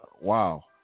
wow